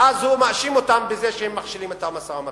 ואז הוא מאשים אותם בזה שהם מכשילים את המשא-ומתן.